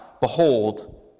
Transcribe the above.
Behold